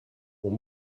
ont